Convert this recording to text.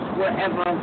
wherever